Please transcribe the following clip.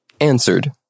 answered